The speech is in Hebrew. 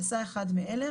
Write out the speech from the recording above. עשה אחד מאלה,